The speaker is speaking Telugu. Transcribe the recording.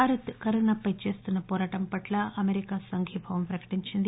భారత్ కరోనాపై చేస్తున్న పోరాటం పట్ల అమెరికా సంఘీభావం ప్రకటించింది